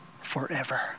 forever